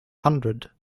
hundred